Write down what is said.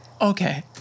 okay